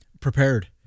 Prepared